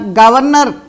governor